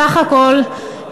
סך הכול,